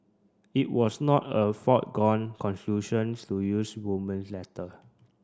it was not a foregone conclusions to use Roman's letter